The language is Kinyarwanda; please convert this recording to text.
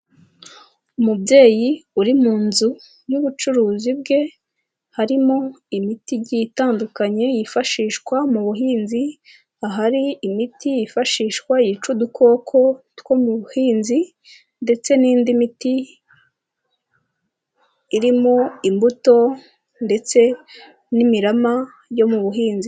Umubyeyi uri mu nzu y'ubucuruzi bwe, harimo imiti igiye itandukanye, yifashishwa mu buhinzi, ahari imiti yifashishwa, yica udukoko tw'ubuhinzi ndetse n'indi miti, irimo imbuto ndetse n'imirama yo mu buhinzi.